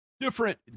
different